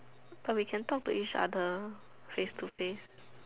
but we can talk to each other face to face